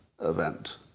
event